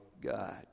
God